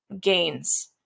gains